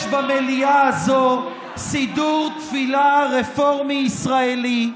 יש במליאה הזו סידור תפילה רפורמי ישראלי,